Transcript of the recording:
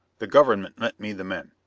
the government lent me the men,